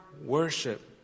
worship